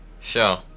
sure